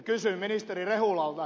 kysyn ministeri rehulalta